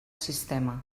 sistema